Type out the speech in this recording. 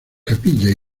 capillas